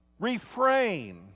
refrain